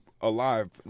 alive